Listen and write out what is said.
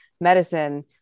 medicine